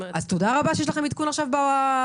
תודה רבה יש לכם עדכון עכשיו בדיון.